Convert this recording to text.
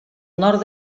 nord